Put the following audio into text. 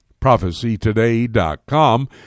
prophecytoday.com